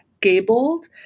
gabled